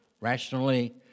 Rationally